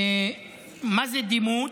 מה זה דימות?